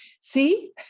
See